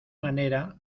manera